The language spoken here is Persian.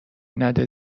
نده